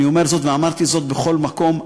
אני אומר זאת ואמרתי זאת בכל מקום,